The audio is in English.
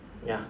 ya